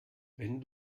wenn